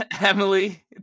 Emily